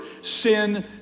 sin